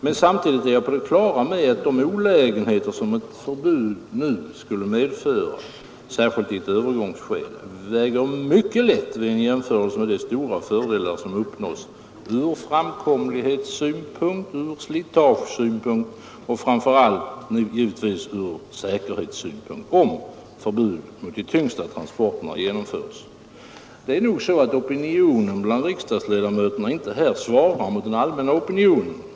Men samtidigt är jag på det klara med att de olägenheter som ett förbud nu skulle medföra — särskilt i ett övergångsskede — väger mycket lätt vid en jämförelse med de stora fördelar som uppnås från framkomlighetssynpunkt, slitagesynpunkt och givetvis framför allt från säkerhetssynpunkt, om förbudet mot de tyngsta transporterna genomföres. Opinionen bland riksdagsledamöterna svarar nog inte här mot den allmänna opinionen.